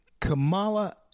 Kamala